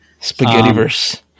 Spaghettiverse